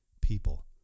people